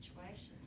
situations